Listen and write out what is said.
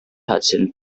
hudson